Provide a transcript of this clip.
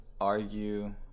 argue